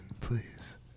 Please